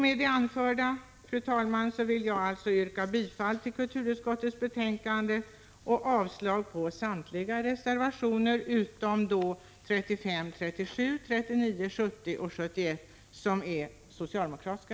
Med det anförda, fru talman, vill jag yrka bifall till hemställan i kulturutskottets betänkande och avslag på samtliga reservationer, utom reservationerna 35, 37, 39, 70 och 71, som är socialdemokratiska.